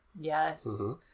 Yes